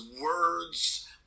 words